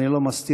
אני לא מסתיר,